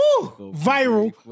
Viral